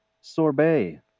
sorbet